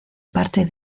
parte